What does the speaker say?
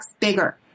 bigger